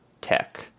tech